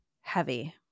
heavy